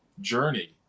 journey